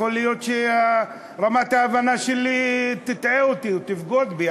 יכול להיות שרמת ההבנה שלי תטעה אותי או תבגוד בי,